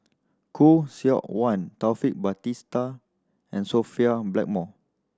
Khoo Seok Wan Taufik Batisah and Sophia Blackmore